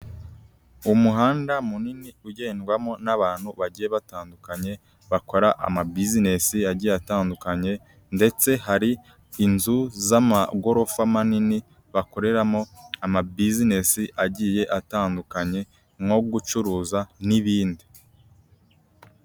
Umuhanda munini ugendwamo n'abantu bagiye batandukanye, bakora ama buzinesi agiye atandukanye, ndetse hari inzu z'amagorofa manini bakoreramo amabuzinesi agiye atandukanye nko gucuruza n'ibindi.